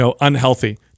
unhealthy